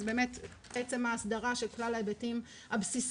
אז באמת שעצם האסדרה של כלל ההיבטים הבסיסיים